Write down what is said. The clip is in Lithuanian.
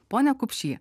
pone kupšy